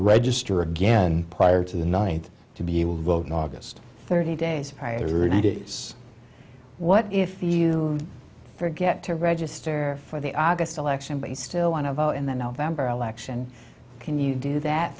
register again prior to the night to be able to vote in august thirty days prior thirty days what if you forget to register for the august election but you still want to vote in the november election can you do that